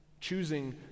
choosing